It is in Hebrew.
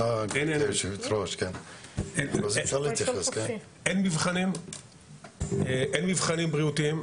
אין מבחנים בריאותיים.